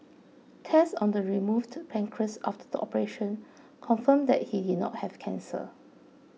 tests on the removed pancreas after the operation confirmed that he did not have cancer